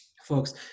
folks